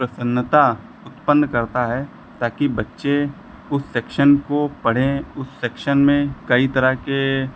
प्रसन्नता उत्पन्न करता है ताकि बच्चे उस सेक्शन को पढ़ें उस सेक्शन में कई तरह के